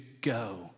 go